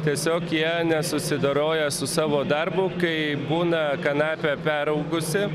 tiesiog jie nesusidoroja su savo darbu kai būna kanapė peraugusi